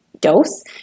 dose